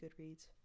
Goodreads